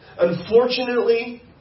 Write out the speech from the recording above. Unfortunately